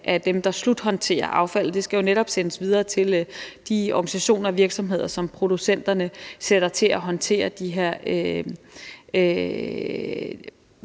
er dem, der sluthåndterer affaldet. Det skal jo netop sendes videre til de organisationer og virksomheder, som producenterne sætter til at håndtere den her